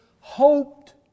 hoped